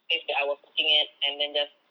place that I was working at and then just